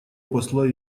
посла